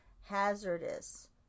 hazardous